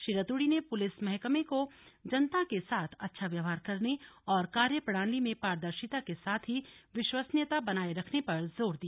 श्री रतूड़ी ने पुलिस महकमे को जनता के साथ अच्छा व्यवहार करने और कार्यप्रणाली में पारदर्शिता के साथ ही विश्वसनीयता बनाए रखने पर जोर दिया